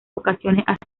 ocasiones